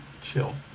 chill